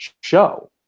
show